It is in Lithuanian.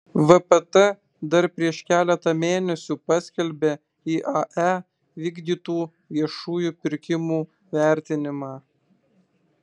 vpt dar prieš keletą mėnesių paskelbė iae vykdytų viešųjų pirkimų vertinimą